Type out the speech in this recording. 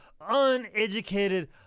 uneducated